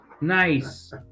Nice